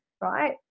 right